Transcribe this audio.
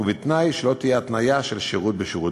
בתנאי שלא תהיה התניה של שירות בשירות,